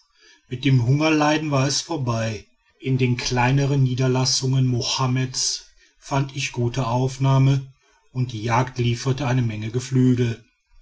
mit dem hungerleiden war es vorbei in den kleinern niederlassungen mohammeds fand ich gute aufnahme und die jagd lieferte eine menge geflügel